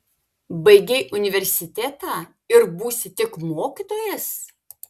baigei universitetą ir būsi tik mokytojas